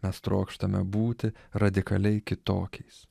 mes trokštame būti radikaliai kitokiais